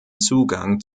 zugang